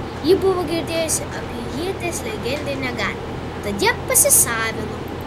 ji buvo girdėjusi apie ieties legendinę galią tad ją pasisavino